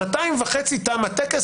שנתיים וחצי תם הטקס,